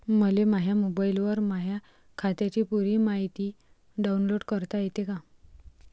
मले माह्या मोबाईलवर माह्या खात्याची पुरी मायती डाऊनलोड करता येते का?